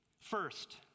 First